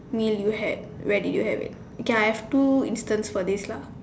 meal you had where did you have it okay I got two instance for this lah